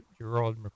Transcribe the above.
Gerald